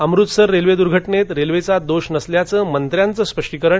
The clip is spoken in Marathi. अमृतसर रेल्वे दुर्घटनेत रेल्वेचा दोष नसल्याचं मंत्र्यांचं स्पष्टीकरण